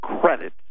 credit